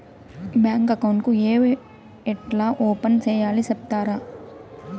Bank account ఏ ఎట్లా open సేయాలి సెప్తారా?